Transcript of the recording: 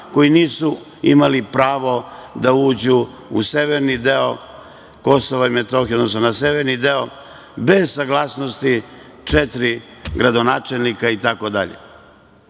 koji nisu imali pravo da uđu u severni deo Kosova i Metohije, odnosno na severni deo bez saglasnosti četiri gradonačelnika itd.I